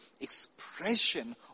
expression